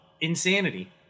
insanity